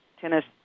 tennis